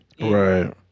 Right